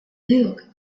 luke